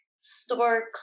store